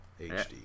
HD